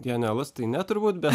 genialus tai ne turbūt bet